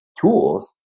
tools